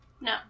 No